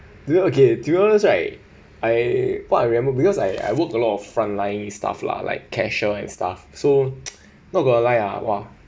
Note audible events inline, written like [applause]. to be okay to be honest right I what I remember because I I worked a lot of front line stuff lah like cashier and stuff so [noise] ah !wah!